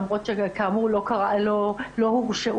למרות שכאמור לא הורשעו,